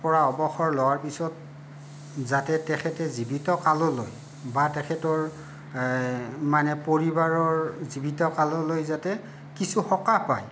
পৰা অৱসৰ লোৱাৰ পিছত যাতে তেখেতে জীৱিত কাললৈ বা তেখেতৰ মানে পৰিবাৰৰ জীৱিত কাললৈ যাতে কিছু সকাহ পায়